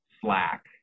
slack